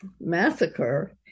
massacre